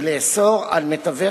ולאסור על מתווך